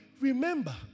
Remember